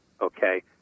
Okay